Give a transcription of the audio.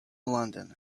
london